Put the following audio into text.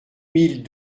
mille